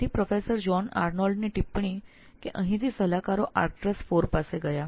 professor John આર્નોલ્ડે વિવરણ કર્યું કે અહીંથી સલાહકારો આર્કટ્રસ IV પાસે ગયા છે